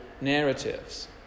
narratives